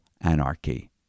anarchy